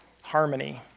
harmony